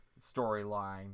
storyline